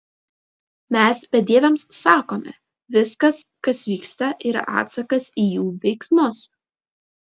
mes bedieviams sakome viskas kas vyksta yra atsakas į jų veiksmus